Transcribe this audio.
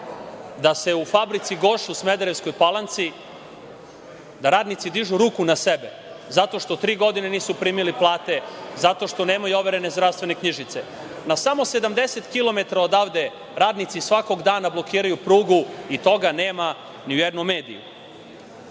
to da u fabrici „Goša“ u Smederevskoj Palanci građani dižu ruku na sebe zato što tri godine nisu primili plate, zato što nemaju overene zdravstvene knjižice. Na samo 70 kilometara odavde radnici svakog dana blokiraju prugu i toga nema ni u jednom mediju. Obećali